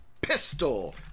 Pistol